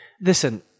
Listen